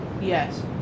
Yes